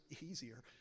easier